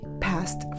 past